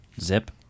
zip